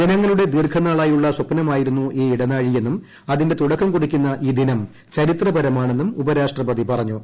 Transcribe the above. ജനങ്ങളുടെ ദീർഘനാളായുള്ള സ്വപ്നമായിരുന്നു ഈ ഇടനാഴിയെന്നും അതിന്റെ തുടക്കം കുറിക്കുന്ന ഈ ദിനം ചരിത്രപരമാണെന്നും ഉപരാഷ്ട്രപതി പറഞ്ഞു